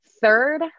third